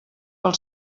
pel